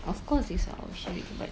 of course these are all syirik but